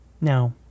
Now